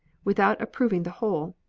without approving the whole,